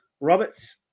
Roberts